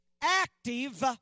active